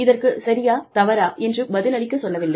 இதற்கு சரியா தவறா என்று பதில் அளிக்கச் சொல்லவில்லை